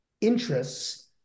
interests